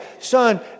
Son